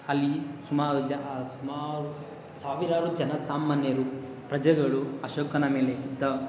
ಅಲ್ಲಿ ಸುಮಾರು ಜ ಸುಮಾರು ಸಾವಿರಾರು ಜನ ಸಾಮಾನ್ಯರು ಪ್ರಜೆಗಳು ಅಶೋಕನ ಮೇಲೆ ಯುದ್ಧ